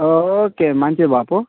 okay మంచిది బాపు